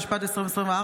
התשפ"ד 2024,